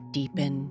deepen